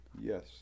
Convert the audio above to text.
yes